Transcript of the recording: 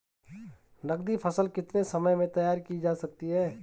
नगदी फसल कितने समय में तैयार की जा सकती है?